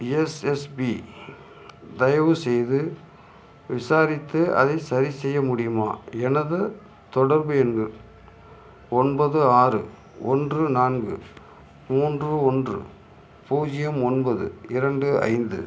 SSP தயவுசெய்து விசாரித்து அதை சரிசெய்ய முடியுமா எனது தொடர்பு எண்கள் ஒன்பது ஆறு ஒன்று நான்கு மூன்று ஒன்று பூஜ்யம் ஒன்பது இரண்டு ஐந்து